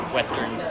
Western